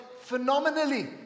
phenomenally